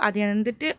அது வந்துட்டு